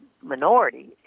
minority